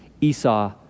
Esau